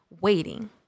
waiting